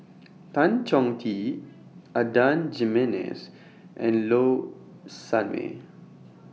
Tan Chong Tee Adan Jimenez and Low Sanmay